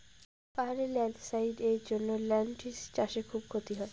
পাহাড়ে ল্যান্ডস্লাইডস্ এর জন্য লেনটিল্স চাষে খুব ক্ষতি হয়